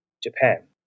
Japan